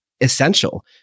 essential